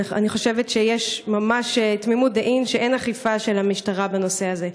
אני חושבת שיש ממש תמימות דעים שאין אכיפה של המשטרה בנושא הזה.